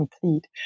complete